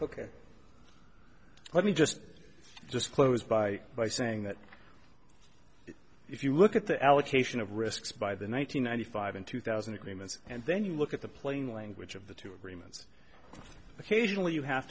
ok let me just just close by by saying that if you look at the allocation of risks by the one thousand nine hundred five in two thousand agreements and then you look at the plain language of the two agreements occasionally you have